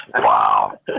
wow